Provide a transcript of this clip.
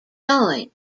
joined